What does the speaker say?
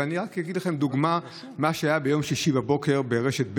ואני אתן לכם דוגמה ממה שהיה ביום שישי בבוקר ברשת ב'